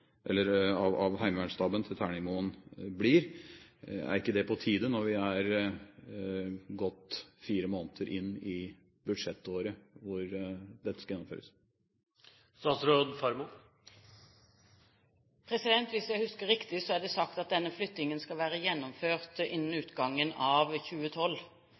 av Heimevernsstaben til Terningmoen blir. Er ikke det på tide, når vi er fire måneder inne i budsjettåret hvor dette skal gjennomføres? Hvis jeg husker riktig, er det sagt at denne flyttingen skal være gjennomført innen utgangen av 2012.